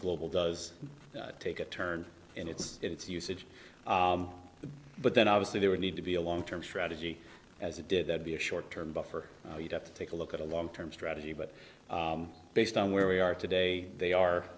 global does take a turn in its its usage but then obviously there would need to be a long term strategy as it did that be a short term buffer you have to take a look at a long term strategy but based on where we are today they are